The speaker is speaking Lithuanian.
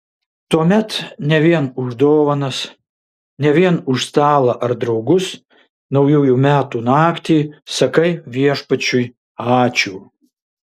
tuomet ne vien už dovanas ne vien už stalą ar draugus naujųjų metų naktį sakai viešpačiui ačiū